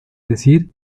decir